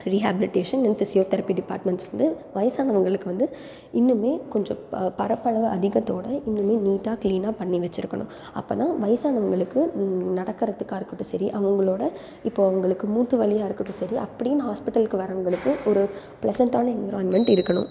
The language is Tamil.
ரீஹேபிலிட்டேஷன் அண்ட் ஃபிசியோதெரபி டிபார்ட்மென்ட்ஸ் வந்து வயதானவங்களுக்கு வந்து இன்னுமே கொஞ்சம் பரப்பளவு அதிகத்தோட இன்னுமே நீட்டாக கிளீனாக பண்ணி வச்சிருக்கணும் அப்போதான் வயதானவங்களுக்கு நடக்கறதுக்காக இருக்கட்டும் சரி அவங்களோடய இப்போ அவங்களுக்கு மூட்டு வலியாக இருக்கட்டும் சரி அப்படினு ஹாஸ்பிட்டல்க்கு வரவங்களுக்கு ஒரு பிளசன்ட்டான என்விரான்மெண்ட் இருக்கணும்